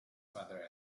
father